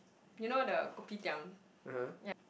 you know the kopitiam yeah